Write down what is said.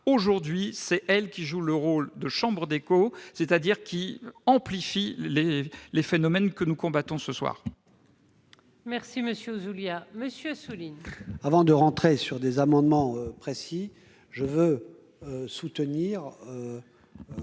Aujourd'hui, ce sont elles qui jouent le rôle de chambre d'écho, ce sont elles qui amplifient les phénomènes que nous combattons ce soir.